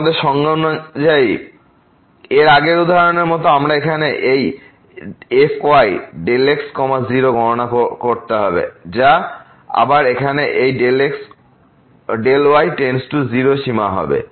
আমাদের সংজ্ঞা অনুযায়ী 2f∂x∂yfy∂xfyΔx0 fy00Δx এবং আগের উদাহরণের মত আমাদের এখন এই fyΔx 0 গণনা করতে হবে যা আবার এখানে এই Δy → 0 সীমা হবে